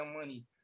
money